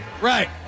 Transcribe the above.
Right